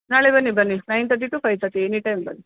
ನಾಳೆ ಬನ್ನಿ ಬನ್ನಿ nine thirty to five thirty any time ಬನ್ನಿ